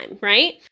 right